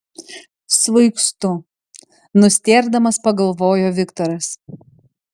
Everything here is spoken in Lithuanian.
svaigstu nustėrdamas pagalvojo viktoras